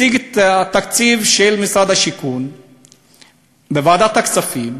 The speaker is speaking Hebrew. שהציג את התקציב של המשרד בוועדת הכספים,